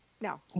No